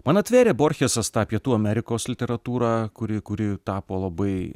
man atvėrė borchesas tą pietų amerikos literatūrą kuri kuri tapo labai